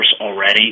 already